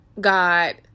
God